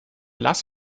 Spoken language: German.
lass